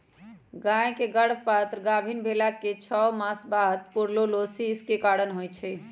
गाय के गर्भपात गाभिन् भेलाके छओ मास बाद बूर्सोलोसिस के कारण होइ छइ